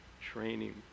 training